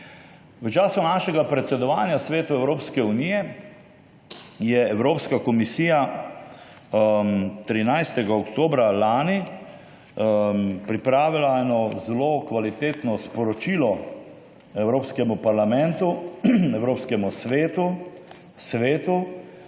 v času našega predsedovanja Svetu Evropske unije je Evropska komisija 13. oktobra lani pripravila eno zelo kvalitetno sporočilo Evropskemu parlamentu, Evropskemu svetu, Svetu,